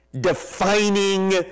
defining